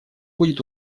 будет